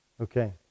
Okay